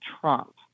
Trump